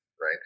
right